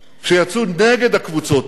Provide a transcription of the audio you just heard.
שיצאו נגד הקבוצות האלה,